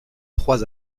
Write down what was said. trois